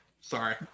Sorry